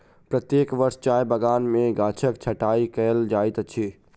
प्रत्येक वर्ष चाय बगान में गाछक छंटाई कयल जाइत अछि